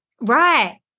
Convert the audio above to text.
Right